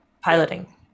piloting